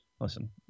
Listen